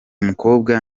mukobwa